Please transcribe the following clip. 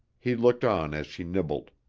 he looked on as she nibbled.